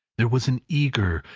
there was an eager,